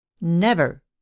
Never